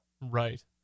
Right